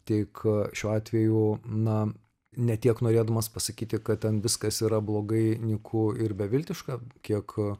tik šiuo atveju na ne tiek norėdamas pasakyti kad ten viskas yra blogai nyku ir beviltiška kiek